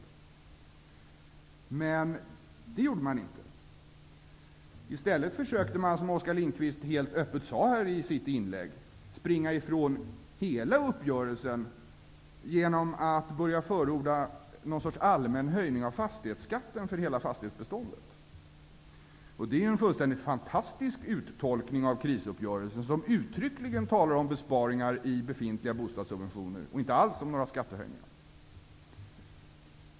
Men det gjorde man inte. I stället försökte man, som Oskar Lindkvist helt öppet sade i sitt inlägg, springa ifrån hela uppgörelsen genom att börja förorda någon sorts allmän höjning av fastighetsskatten för hela fastighetsbeståndet. Det är en fullständigt fantastisk uttolkning av krisuppgörelsen, som uttryckligen talar om besparingar i befintliga bostadssubventioner och inte alls om några skattehöjningar.